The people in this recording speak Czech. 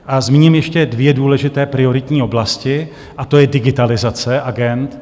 A zmíním ještě dvě důležité prioritní oblasti a to je digitalizace agend.